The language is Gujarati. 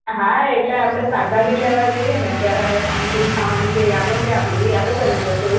હા એટલે આપણે શાકભાજી લેવા જઈએ ને ત્યારે આપણે પાણીપુરી ખાવાની જે યાદો છે આપણી એ યાદો બની જશે એવું લાગે છે મને